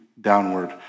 downward